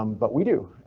um but we do,